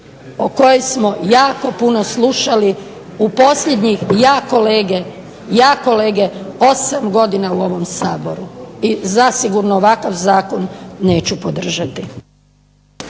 o kojoj smo jako puno slušali u posljednjih, ja kolege 8 godina u ovom Saboru i zasigurno ovakav zakon neću podržati.